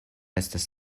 estas